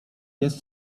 jest